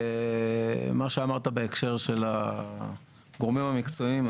מה שאמרת בהקשר של הגורמים המקצועיים,